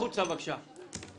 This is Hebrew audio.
החוצה בבקשה.